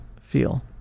feel